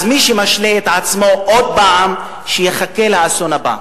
אז מי שמשלה את עצמו עוד פעם, שיחכה לאסון הבא.